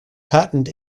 patent